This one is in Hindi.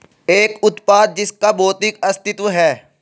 एक उत्पाद जिसका भौतिक अस्तित्व है?